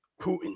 Putin